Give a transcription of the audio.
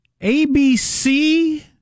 ABC